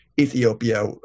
Ethiopia